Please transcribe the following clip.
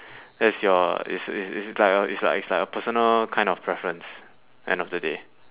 that's your it's it's it's like a it's like it's like a personal kind of preference end of the day